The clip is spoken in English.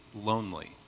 lonely